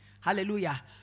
hallelujah